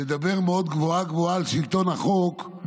לדבר גבוהה-גבוהה על שלטון החוק,